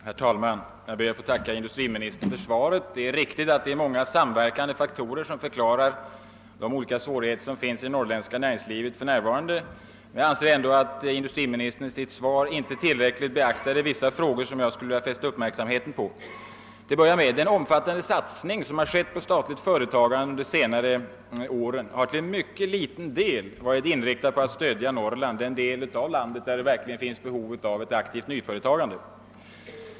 Herr talman! Jag ber att få tacka industriministern för svaret. Det är riktigt att det är många samverkande faktorer som förklarar de svårigheter som finns i det norrländska näringslivet för närvarande, men jag anser ändå att industriministern i sitt svar inte tillräckligt beaktade vissa frågor som jag vill fästa uppmärksamheten på. Den omfattande satsning som under de senare åren har skett på statligt företagande har till mycket liten del varit inriktad på att stödja Norrland, den del av landet där det verkligen föreligger behov av ett aktivt nyföretagande.